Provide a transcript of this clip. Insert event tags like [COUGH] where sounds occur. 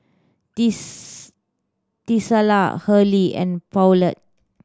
[UNINTELLIGIBLE] Tesla Hurley and Poulet